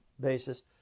basis